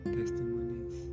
testimonies